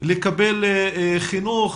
לקבל חינוך,